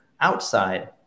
outside